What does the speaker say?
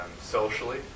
socially